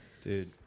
Dude